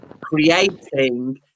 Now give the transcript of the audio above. creating